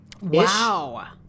Wow